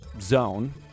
zone